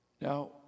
Now